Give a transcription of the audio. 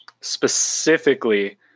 Specifically